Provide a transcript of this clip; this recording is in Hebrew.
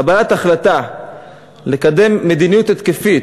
קבלת החלטה לקדם מדיניות התקפית,